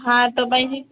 હા તો પછી